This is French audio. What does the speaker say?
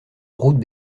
route